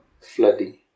Flooding